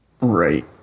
right